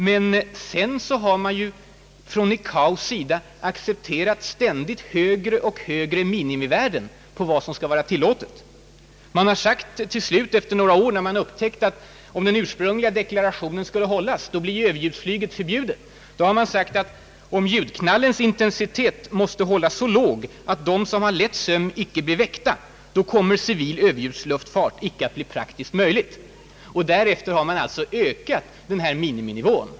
Men från ICAO:s sida har man accepterat ständigt högre och högre minimivärden på vad som skall vara tilllåtet. Efter några år upptäckte man att överljudsflyget skulle bli förbjudet, om den ursprungliga deklarationen fick gälla. Då sade man att om ljudknallens intensitet måste hållas så låg, att de som sover lätt inte blir väckta, så kommer civil överljudsfart icke att bli praktisk möjlig. Därefter har man alltså ökat miniminivån.